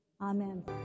Amen